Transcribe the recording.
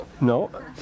No